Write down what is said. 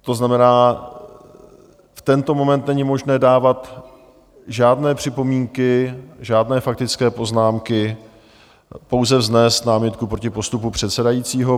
To znamená, v tento moment není možné dávat žádné připomínky, žádné faktické poznámky, pouze vznést námitku proti postupu předsedajícího...